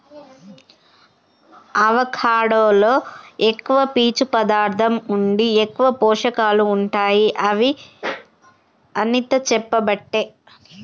avocado లో ఎక్కువ పీచు పదార్ధం ఉండి ఎక్కువ పోషకాలు ఉంటాయి అని అనిత చెప్పబట్టే